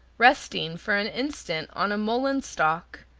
resting for an instant on a mullein-stalk,